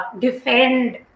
defend